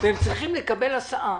והם צריכים לקבל הסעה.